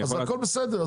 הכול בסדר.